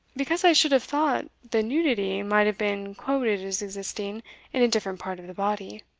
because i should have thought the nudity might have been quoted as existing in a different part of the body.